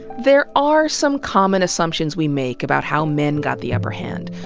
there are some common assumptions we make about how men got the upper hand.